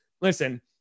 listen